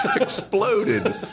exploded